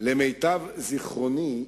למיטב זיכרוני,